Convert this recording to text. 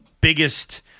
biggest